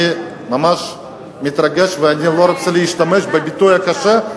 אני ממש מתרגש ואני לא רוצה להשתמש בביטוי הקשה,